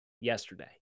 Yesterday